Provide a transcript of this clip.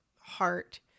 heart